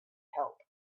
help